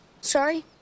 Sorry